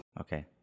Okay